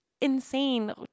insane